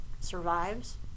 survives